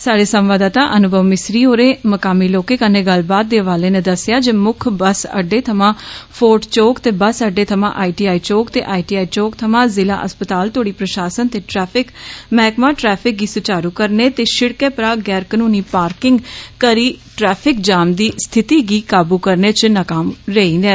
साढ़े संवाददाता अनुमव मिसरी होरे मकामी लोके कन्नै गल्लबात दे हवाले नै दस्सॅआ जे मुक्ख बस अड्डे थमां फोर्ट चौक ते बस अड्डे थमां आईटीआई चौक ते आईटीआई चौक थमां ज़िला अस्पताल र्तोड़ी प्रशासन ते ट्रैफिक मैह्कमा ट्रैफिक गी सुचारू करने ते शिड़कें परा गैरकनूनी पार्किंग करी ट्रैफिक जाम दी स्थिति गी काबू करने च नाकाम रेई ऐ